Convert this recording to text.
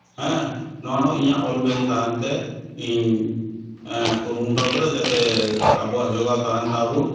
ᱦᱮᱸ ᱱᱚᱣᱟ ᱦᱚᱸ ᱤᱧᱟᱹᱜ ᱚᱞᱵᱤᱞ ᱛᱟᱦᱮᱱ ᱛᱮ ᱤᱧ ᱠᱩᱨᱩᱢᱩᱴᱩᱣ ᱠᱟᱫᱟ ᱡᱟᱛᱮ ᱟᱵᱚᱣᱟᱜ ᱡᱚᱜᱟᱣ ᱛᱟᱦᱮᱱ ᱛᱟᱵᱚᱱ